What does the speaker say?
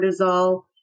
cortisol